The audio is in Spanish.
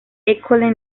école